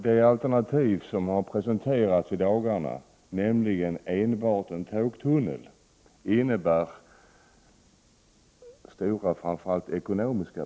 Det alternativ som har presenterats i dagarna, nämligen enbart en tågtunnel, innebär ju stora problem, framför allt ekonomiska.